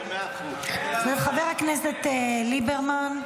חבר הכנסת ליברמן.